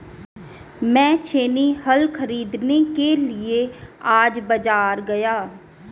मैं छेनी हल खरीदने के लिए आज बाजार गया